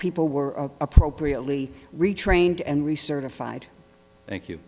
people were appropriately retrained and recertified